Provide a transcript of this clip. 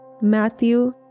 Matthew